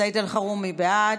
סעיד אלחרומי, בעד,